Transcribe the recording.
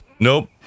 Nope